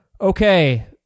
Okay